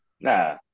Nah